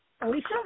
Alicia